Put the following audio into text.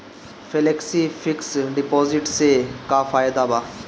Flexi fix deposit से का फायदा भा?